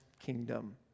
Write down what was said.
kingdom